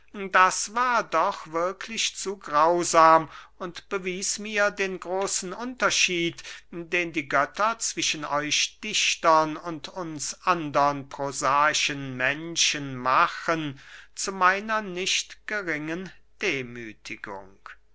das war doch wirklich zu grausam und bewies mir den großen unterschied den die götter zwischen euch dichtern und uns andern prosaischen menschen machen zu meiner nicht geringen demüthigung